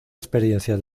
experiencia